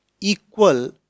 equal